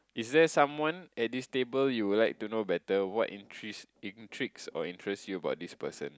is there someone at this table you would like to know better what in treats in tricks or interest you about this person